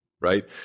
right